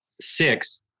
six